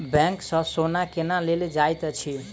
bank सँ सोना केना लेल जाइत अछि